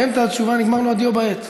ובאמצע התשובה נגמרה לו הדיו בעט.